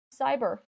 cyber